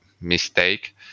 mistake